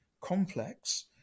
complex